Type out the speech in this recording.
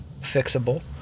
fixable